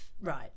right